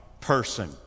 person